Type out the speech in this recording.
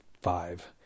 five